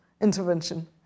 intervention